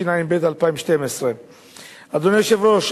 התשע"ב 2012. אדוני היושב-ראש,